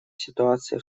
ситуации